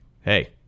hey